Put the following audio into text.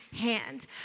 hand